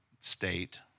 state